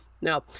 Now